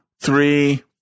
three